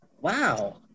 Wow